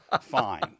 fine